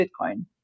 bitcoin